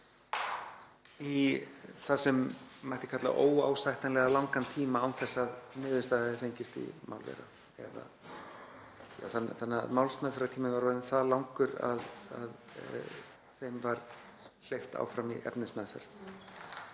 í það sem mætti kalla óásættanlega langan tíma án þess að niðurstaða hafi fengist í mál þeirra þannig að málsmeðferðartíminn var orðinn það langur að þeim var hleypt áfram í efnismeðferð.